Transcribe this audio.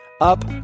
up